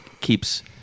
keeps